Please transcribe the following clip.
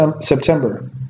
September